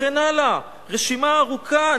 וכן הלאה, רשימה ארוכה.